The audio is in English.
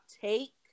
take